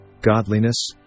godliness